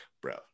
bro